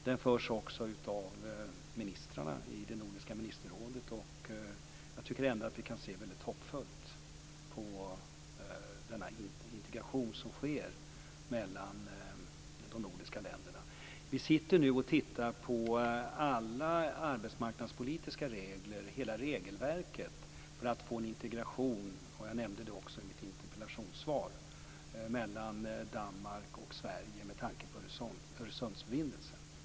Den förs också av ministrarna i det nordiska ministerrådet, och jag tycker ändå att vi kan se väldigt hoppfullt på den integration som sker mellan de nordiska länderna. Vi sitter nu och tittar på hela det arbetsmarknadspolitiska regelverket för att få en integration - jag nämnde det också i mitt interpellationssvar - mellan Danmark och Sverige med tanke på Öresundsförbindelsen.